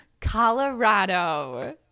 Colorado